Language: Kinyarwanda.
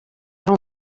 ari